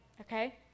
Okay